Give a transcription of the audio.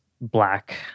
black